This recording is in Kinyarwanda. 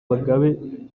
bagabe